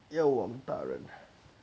药王大人 ah